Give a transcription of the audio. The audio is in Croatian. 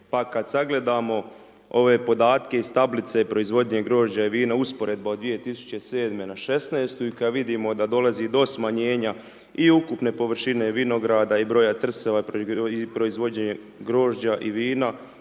pa kad sagledamo ove podatke iz tablice proizvodnje grožđa i vina, usporedba od 2007. na 2016. i kad vidimo da dolazi do smanjenja i ukupne površine vinograda i broja trsova i proizvodnje grožđa i vina,